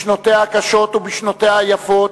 בשנותיה הקשות ובשנותיה היפות,